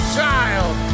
child